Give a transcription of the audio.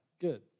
good